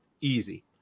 easy